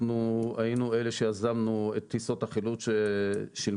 אנחנו היינו אלה שיזמנו את טיסות החילוץ ששילמו.